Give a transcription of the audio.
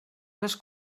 les